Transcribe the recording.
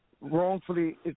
wrongfully